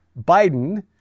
Biden